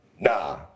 nah